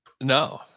No